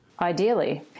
Ideally